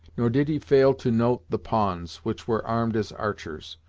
nor did he fail to note the pawns, which were armed as archers.